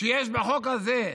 שיש בחוק הזה,